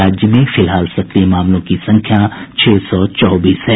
राज्य में फिलहाल सक्रिय मामलों की संख्या छह सौ चौबीस है